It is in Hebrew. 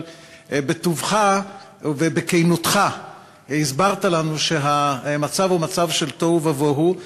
אבל בטובך ובכנותך הסברת לנו שהמצב הוא מצב של תוהו ובוהו.